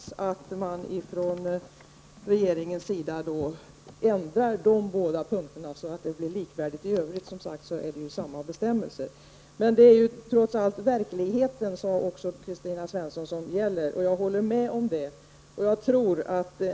Herr talman! Kristina Svensson tog i sitt förra inlägg upp frågan om EGs jämställdhetslag. Den skiljer sig på två punkter från den svenska, men det sker nu en överarbetning av den svenska. Jag hoppas man från regeringens sida ändrar dessa båda punkter så att lagarna blir lika. I övrigt är det samma bestämmelser. Det är trots allt verkligheten, som Kristina Svensson sade, som gäller. Det håller jag med om.